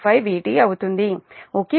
25 Vt అవుతుంది okay